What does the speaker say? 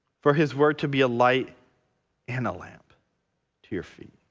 for his word to be a light and a lamp to your feet.